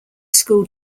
school